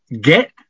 Get